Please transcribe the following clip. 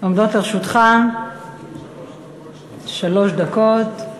עומדות לרשותך שלוש דקות.